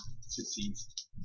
succeeds